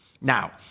Now